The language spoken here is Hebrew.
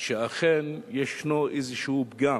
שאכן ישנו איזשהו פגם